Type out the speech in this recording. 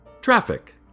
Traffic